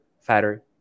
fatter